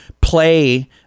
play